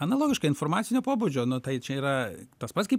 analogiška informacinio pobūdžio nu tai čia yra tas pat kaip